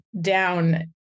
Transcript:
down